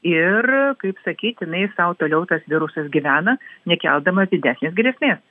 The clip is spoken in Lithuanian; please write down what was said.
ir kaip sakyt jinai sau toliau tas virusas gyvena nekeldamas didesnės grėsmės